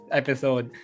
episode